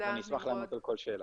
ואני אשמח לענות לכל שאלה.